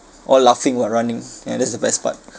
or laughing while running and that's the best part